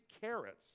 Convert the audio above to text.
carrots